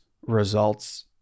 results